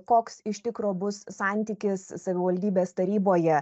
koks iš tikro bus santykis savivaldybės taryboje